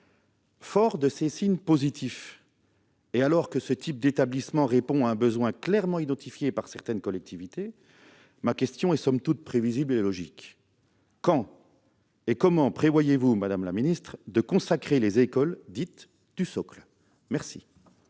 Fort de ces signes positifs, et alors que ce type d'établissement répond à un besoin clairement identifié par certaines collectivités, ma question est somme toute prévisible et logique : quand et comment prévoyez-vous de consacrer les écoles dites du socle ? La